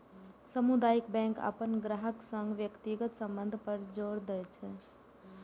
सामुदायिक बैंक अपन ग्राहकक संग व्यक्तिगत संबंध पर जोर दै छै